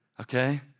okay